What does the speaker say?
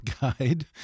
guide